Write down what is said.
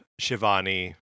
Shivani